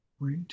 Wait